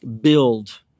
build